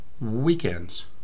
Weekends